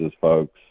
folks